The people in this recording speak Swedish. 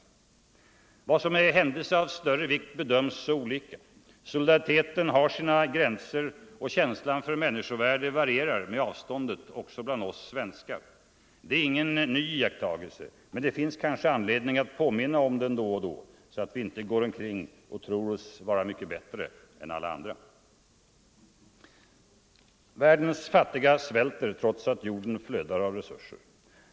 Vad som är ”händelse av större vikt” bedöms så olika. Solidariteten har sina gränser och känslan för människovärde varierar med avståndet, också bland oss svenskar. Det är ingen ny iakttagelse, men det finns kanske anledning att påminna om den då och då, så att vi inte går omkring och tror oss vara mycket bättre än alla andra. Världens fattiga svälter trots att jorden flödar av resurser.